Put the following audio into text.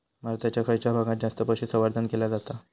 भारताच्या खयच्या भागात जास्त पशुसंवर्धन केला जाता?